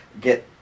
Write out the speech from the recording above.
get